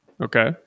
okay